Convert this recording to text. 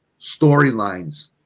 storylines